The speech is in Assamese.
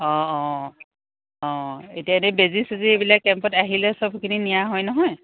অঁ অঁ অঁ এতিয়া বেজী চেজী এইবিলাক কেম্পত আহিলে চবখিনি নিয়া হয় নহয়